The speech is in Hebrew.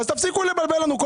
אז תפסיקו לבלבל לנו.